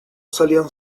salían